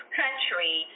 country